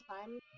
time